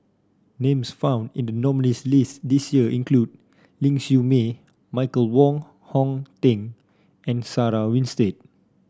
names found in the nominees' list this year include Ling Siew May Michael Wong Hong Teng and Sarah Winstedt